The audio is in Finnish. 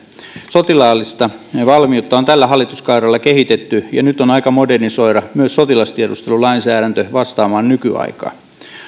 sotilaallista valmiutta on tällä hallituskaudella kehitetty ja nyt on aika modernisoida myös sotilastiedustelulainsäädäntö vastaamaan nykyaikaa